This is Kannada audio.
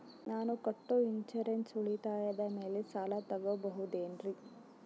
ನಾನು ಕಟ್ಟೊ ಇನ್ಸೂರೆನ್ಸ್ ಉಳಿತಾಯದ ಮೇಲೆ ಸಾಲ ತಗೋಬಹುದೇನ್ರಿ?